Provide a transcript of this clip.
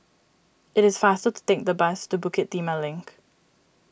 it is faster to take the bus to Bukit Timah Link